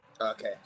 Okay